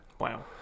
Wow